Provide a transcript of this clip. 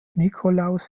nikolaus